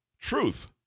truth